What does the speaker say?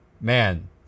Man